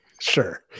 sure